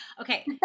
Okay